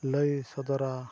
ᱞᱟᱹᱭ ᱥᱚᱫᱚᱨᱟ